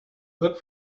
look